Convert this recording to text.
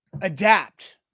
adapt